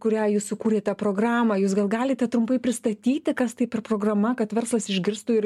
kurią jūs sukūrėte programą jūs gal galite trumpai pristatyti kas tai per programa kad verslas išgirstų ir